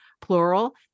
plural